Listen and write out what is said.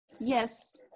Yes